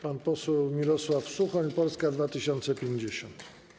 Pan poseł Mirosław Suchoń, Polska 2050.